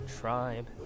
tribe